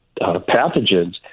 pathogens